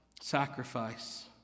sacrifice